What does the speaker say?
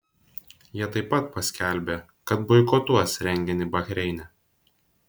jie taip pat paskelbė kad boikotuos renginį bahreine